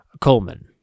Coleman